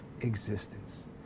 existence